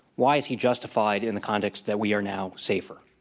why is he justified in the context that we are now safer?